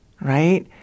right